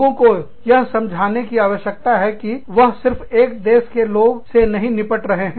लोगों को यह समझने की आवश्यकता है कि वह सिर्फ एक देश के लोगों से नहीं निपट रहे हैं